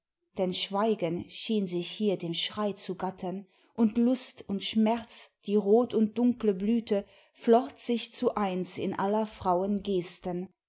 denn schweigen schien sich hier dem schrei zu gatten und lust und schmerz die rot und dunkle blüte flocht sich zu eins in aller frauen gesten